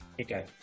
okay